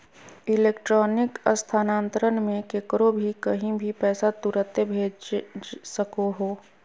electronic स्थानान्तरण मे केकरो भी कही भी पैसा तुरते भेज सको हो